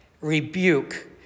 rebuke